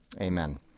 amen